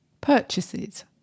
purchases